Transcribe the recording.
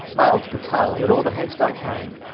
ile to the tower with all the hast i can,